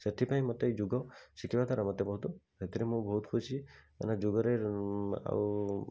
ସେଥିପାଇଁ ମୋତେ ଏ ଯୋଗ ଶିଖିବାଦ୍ୱାରା ମୋତେ ବହୁତ ଏଥିରେ ମୁଁ ବହୁତ୍ ଖୁସି ମାନେ ଯୋଗରେ ଉଁ ଆଉ